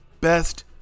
best